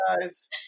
guys